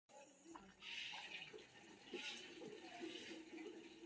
जायफल ओकर फलक भीतर के गुठली अथवा बीज कें कहल जाइ छै